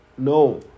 no